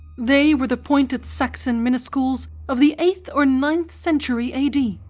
they were the pointed saxon minuscules of the eighth or ninth century a d,